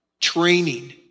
training